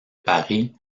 paris